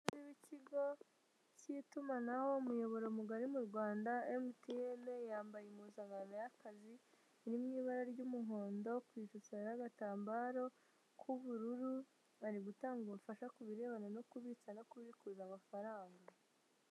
Umukozi w'ikigo cy'itumanaho umuyobora mugari mu Rwanda MTN yambaye impuzankano y'akazi ni mu ibara ry'umuhondo ku ishushosi y'agatambaro k'ubururu, bari gutanga ubufasha ku birebana no kubitsa no kubikuza amafaranga.